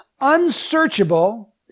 unsearchable